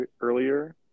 earlier